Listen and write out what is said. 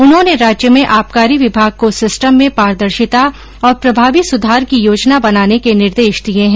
उन्होंने राज्य में आबकारी विभाग को सिस्टम में पारदर्शिता और प्रभावी सुधार की योजना बनाने के निर्देश दिए है